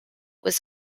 was